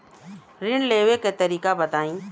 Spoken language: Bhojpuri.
ऋण लेवे के तरीका बताई?